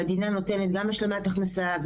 המדינה נותנת גם השלמת הכנסה.